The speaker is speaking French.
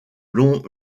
longs